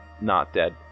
not-dead